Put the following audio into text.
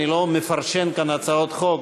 אני לא מפרשן כאן הצעות חוק,